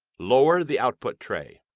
lower the output tray.